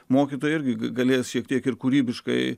mokytojai irgi galės šiek tiek ir kūrybiškai